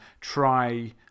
try